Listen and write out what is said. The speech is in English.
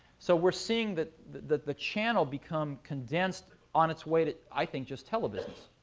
so we're seeing the the channel become condensed on its way to i think just telebusiness.